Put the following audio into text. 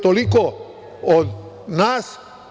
Toliko od nas.